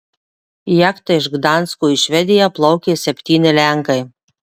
jachta iš gdansko į švediją plaukė septyni lenkai